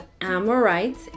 Amorites